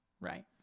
Right